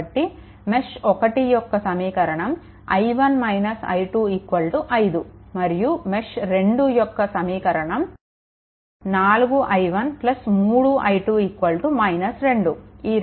కాబట్టి మెష్1 యొక్క సమీకరణం i1 i2 5 మరియు మెష్ 2 యొక్క సమీకరణం 4i1 3i2 2